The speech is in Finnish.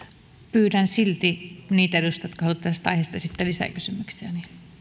pyydän silti niitä edustajia jotka haluavat tästä aiheesta esittää lisäkysymyksiä